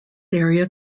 area